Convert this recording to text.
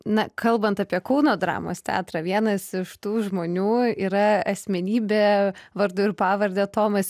na kalbant apie kauno dramos teatrą vienas iš tų žmonių yra asmenybė vardu ir pavarde tomas